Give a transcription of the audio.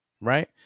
right